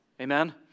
amen